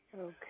okay